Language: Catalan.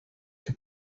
que